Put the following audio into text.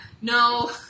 No